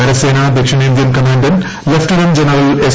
കരസേന ദക്ഷിണേന്ത്യൻ commandant lieutenant general S